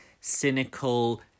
cynical